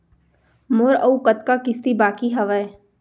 मोर अऊ कतका किसती बाकी हवय?